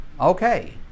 okay